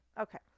Okay